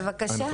בבקשה.